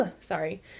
Sorry